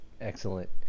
excellent